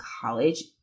college